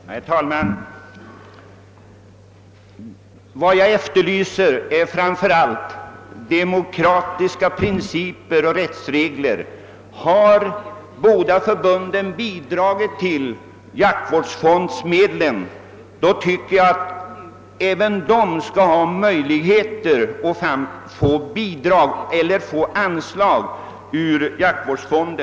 Herr talman! Vad jag efterlyser är framför allt demokratiska principer och rättsregler. Om båda förbunden har bidragit till jaktvårdsfonden, bör båda ha möjlighet att få anslag ur denna fond.